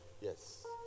Yes